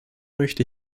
möchte